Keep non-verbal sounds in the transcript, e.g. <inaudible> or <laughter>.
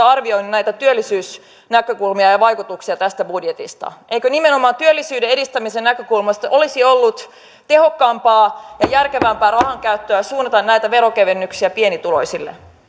<unintelligible> arvioineet näitä työllisyysnäkökulmia ja vaikutuksia tästä budjetista eikö nimenomaan työllisyyden edistämisen näkökulmasta olisi ollut tehokkaampaa ja järkevämpää rahankäyttöä suunnata näitä veronkevennyksiä pienituloisille